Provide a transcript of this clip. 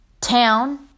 town